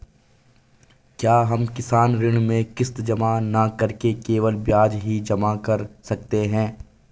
क्या हम किसान ऋण में किश्त जमा न करके केवल ब्याज ही जमा कर सकते हैं?